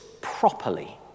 properly